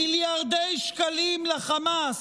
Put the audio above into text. מיליארדי שקלים לחמאס,